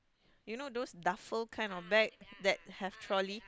you know those Duffel kind of bag that have trolley